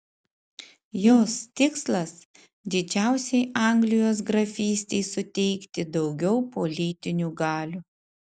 jos tikslas didžiausiai anglijos grafystei suteikti daugiau politinių galių